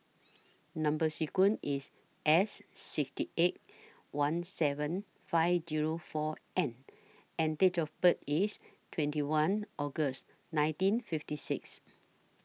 Number sequence IS S six eight one seven five Zero four N and Date of birth IS twenty one August nineteen fifty six